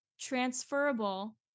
transferable